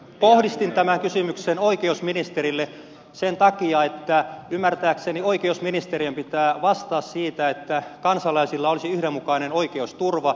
kohdistin tämän kysymyksen oikeusministerille sen takia että ymmärtääkseni oikeusministerin pitää vastata siitä että kansalaisilla olisi yhdenmukainen oikeusturva